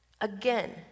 Again